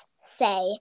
say